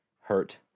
hurt